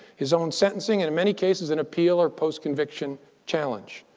his own sentencing and, in many cases, an appeal or post-conviction challenge.